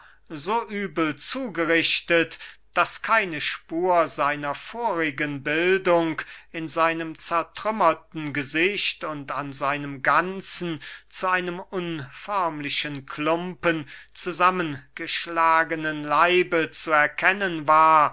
so übel zugerichtet daß keine spur seiner vorigen bildung in seinem zertrümmerten gesicht und an seinem ganzen zu einem unförmlichen klumpen zusammen geschlagenen leibe zu erkennen war